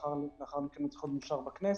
ולאחר מכן הוא צריך להיות מאושר בכנסת.